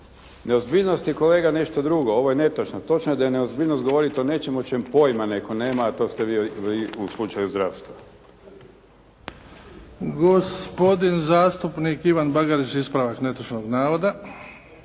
Neozbiljnost je kolega nešto drugo, ovo je netočno. Točno je da je neozbiljnost govoriti o nečemu o čemu pojma netko nema, a to ste vi u slučaju zdravstva. **Bebić, Luka (HDZ)** Gospodin zastupnik Ivan Bagarić, ispravak netočnog navoda.